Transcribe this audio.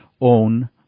own